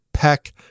Peck